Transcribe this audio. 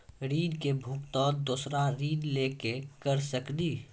ऋण के भुगतान दूसरा ऋण लेके करऽ सकनी?